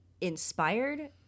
inspired